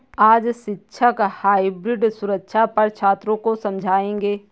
आज शिक्षक हाइब्रिड सुरक्षा पर छात्रों को समझाएँगे